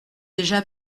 déjà